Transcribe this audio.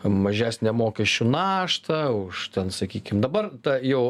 mažesnę mokesčių naštą už ten sakykim dabar ta jau